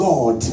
God